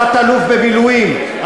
תת-אלוף במילואים,